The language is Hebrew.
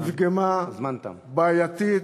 נפגמה, בעייתית.